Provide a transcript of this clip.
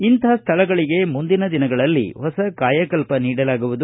ಇಂಥ ಸ್ಥಳಗಳಿಗೆ ಮುಂದಿನ ದಿನಗಳಲ್ಲಿ ಹೊಸ ಕಾಯಕಲ್ಪ ನೀಡಲಾಗುವುದು